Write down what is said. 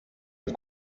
are